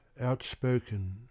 outspoken